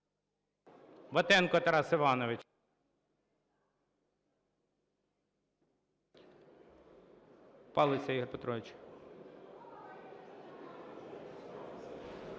Батенко Тарас Іванович. Палиця Ігор Петрович.